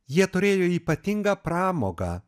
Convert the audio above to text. jie turėjo ypatingą pramogą